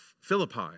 Philippi